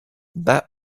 that